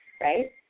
right